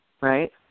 right